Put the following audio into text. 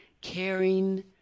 caring